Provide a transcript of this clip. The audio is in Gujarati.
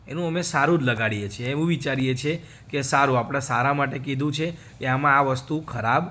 એનું અમે સારું જ લગાડીએ છીએ એવું વિચારીએ છીએ કે સારું આપણા સારા માટે કીધું છે એ આમાં આ વસ્તુ ખરાબ